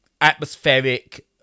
atmospheric